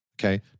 Okay